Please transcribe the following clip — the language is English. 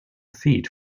feet